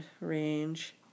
range